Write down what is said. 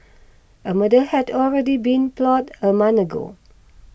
a murder had already been plotted a month ago